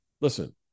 listen